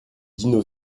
dino